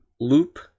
loop